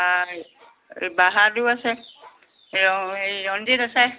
হয় এই বাহাদুৰ আছে ৰ এই ৰঞ্জিত আছে